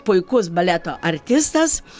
puikus baleto artistas